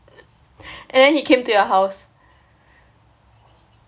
and then he came to your house